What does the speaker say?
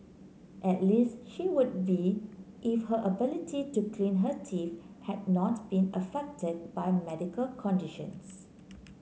at least she would be if her ability to clean her teeth had not been affected by medical conditions